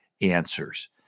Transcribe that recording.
answers